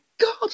God